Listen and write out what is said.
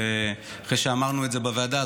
ואחרי שאמרנו את זה בוועדה,